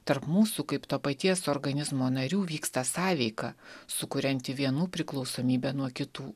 tarp mūsų kaip to paties organizmo narių vyksta sąveika sukurianti vienų priklausomybę nuo kitų